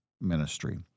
ministry